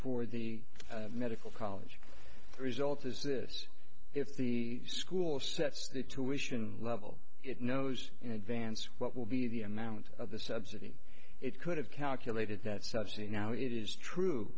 for the medical college result is this if the school sets the tuition rubble it knows in advance what will be the amount of the subsidy it could have calculated that subsidy now it is true